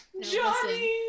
Johnny